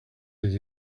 his